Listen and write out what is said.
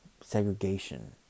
segregation